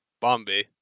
Bombay